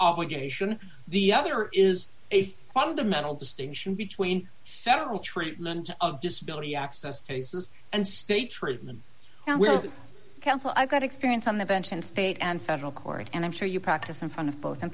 obligation the other is a fundamental distinction between federal treatment of disability access cases and state treatment and we're counsel i've got experience on the bench in state and federal court and i'm sure you practice in front of both